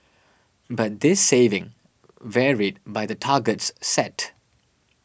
but this saving varied by the targets set